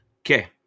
okay